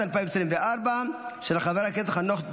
(חיפוש שלא על פי צו חיפוש,